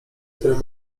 które